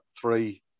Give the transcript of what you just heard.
three